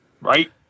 Right